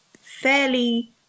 fairly